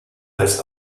als